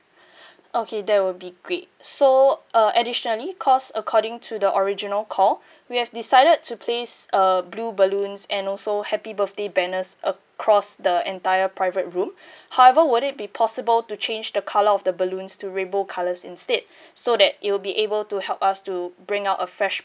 okay that will be great so uh additionally because according to the original call we have decided to place uh blue balloons and also happy birthday banners across the entire private room however would it be possible to change the colour of the balloons to rainbow colours instead so that it will be able to help us to bring out a fresh